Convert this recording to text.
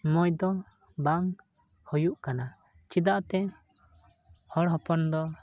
ᱢᱚᱡᱽ ᱫᱚ ᱵᱟᱝ ᱦᱩᱭᱩᱜ ᱠᱟᱱᱟ ᱪᱮᱫᱟᱜ ᱮᱱᱛᱮᱫ ᱦᱚᱲ ᱦᱚᱯᱚᱱ ᱫᱚ